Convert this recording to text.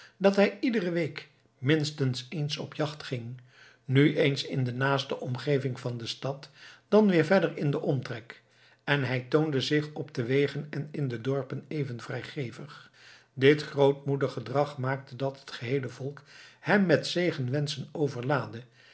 dat hij iedere week minstens eens op de jacht ging nu eens in de naaste omgeving van de stad dan weer verder in den omtrek en hij toonde zich op de wegen en in de dorpen even vrijgevig dit grootmoedig gedrag maakte dat het geheele volk hem met zegenwenschen overlaadde